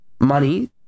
money